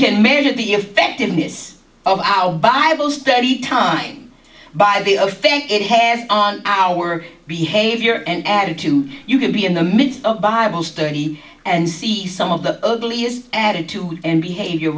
can measure the effectiveness of our bible study time by the of effect it has on our behavior and attitude you can be in the midst of bible study and see some of the earliest attitude and behavior